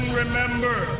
remember